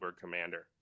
commander